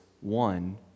one